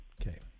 Okay